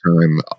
time